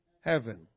heaven